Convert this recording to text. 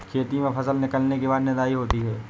खेती में फसल निकलने के बाद निदाई होती हैं?